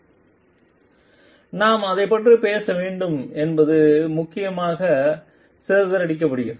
slide நேரம் 3913 பார்க்கவும் நாம் அதைப் பற்றிப் பேச வேண்டும் என்பது முக்கியமாகச் சிதறடிக்கப்படுகிறது